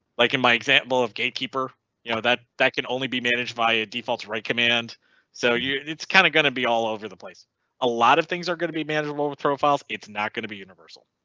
like in, my example of gatekeeper you know that, that can only be managed via defaults write. command so and it's kind of going to be all over the place alot of things are going to be manageable with profiles. it's not going to be universal.